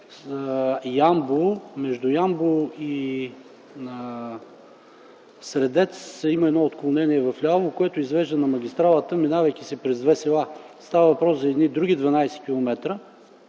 между Ямбол и Средец, има едно отклонение вляво, което извежда на магистралата, като се минава през две села. Става въпрос за едни други 12 км,